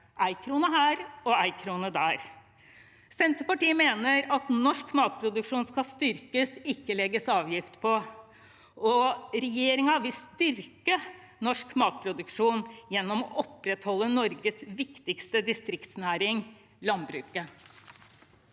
Én krone her, og én krone der. Senterpartiet mener at norsk matproduksjon skal styrkes, ikke legges avgift på. Regjeringen vil styrke norsk matproduksjon gjennom å opprettholde Norges viktigste distriktsnæring, landbruket.